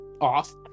off